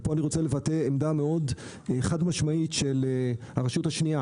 ופה אני רוצה לבטא עמדה מאוד חד-משמעית של הרשות השנייה